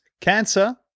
Cancer